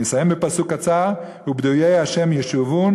אני אסיים בפסוק קצר: ופדויי ה' ישובון